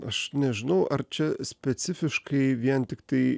aš nežinau ar čia specifiškai vien tiktai